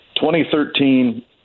2013